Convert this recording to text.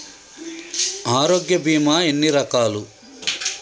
ఆరోగ్య బీమా ఎన్ని రకాలు?